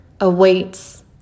awaits